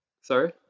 Sorry